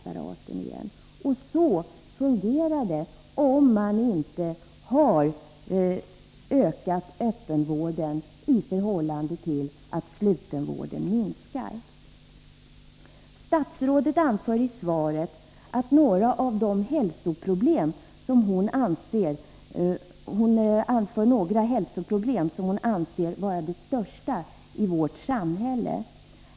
Så möjligheter att uppnå de sjukvårdspolitiska målen fungerar det om man inte har ökat öppenvården i takt med att slutenvården minskar. Statsrådet anför i svaret några av de hälsoproblem som hon anser vara de största i vårt samhälle.